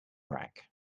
rack